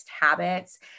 habits